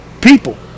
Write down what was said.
people